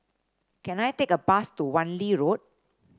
can I take a bus to Wan Lee Road